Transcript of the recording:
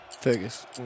Fergus